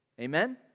Amen